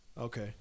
Okay